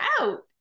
out